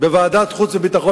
בוועדת חוץ וביטחון,